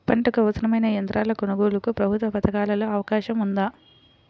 పంటకు అవసరమైన యంత్రాల కొనగోలుకు ప్రభుత్వ పథకాలలో అవకాశం ఉందా?